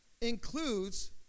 includes